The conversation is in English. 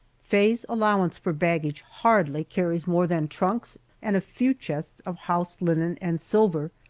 faye's allowance for baggage hardly carries more than trunks and a few chests of house linen and silver,